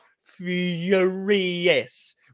furious